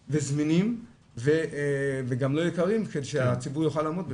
וזמינים וגם לא יקרים כדי שהציבור יוכל לעמוד בזה.